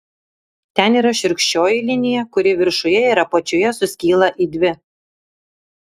ten yra šiurkščioji linija kuri viršuje ir apačioje suskyla į dvi